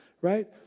right